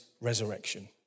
resurrection